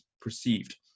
perceived